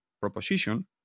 proposition